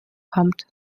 kommt